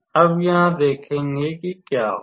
अब यहाँ देखेंगे क्या होगा